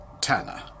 Tanner